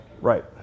Right